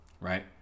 Right